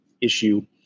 issue